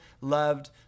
loved